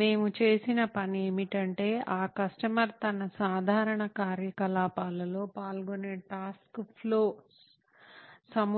మేము చేసిన పని ఏమిటంటే ఆ కస్టమర్ తన సాధారణ కార్యకలాపాల్లో పాల్గొనే టాస్క్ ఫ్లో సముదాయం గమనించాము